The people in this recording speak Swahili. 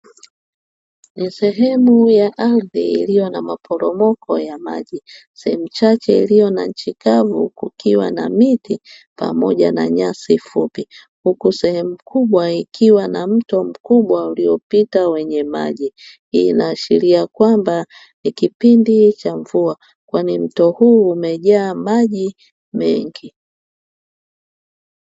Ni sehemu ya ardhi iliyo na maporomoko ya maji. Sehemu chache iliyo na nchi kavu, kukiwa na miti pamoja na nyasi fupi. Huku sehemu kubwa ikiwa na mto mkubwa uliopita wenye maji. Hii inaashiria kwamba ni kipindi cha mvua, kwani mto huu umejaa maji mengi.